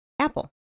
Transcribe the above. apple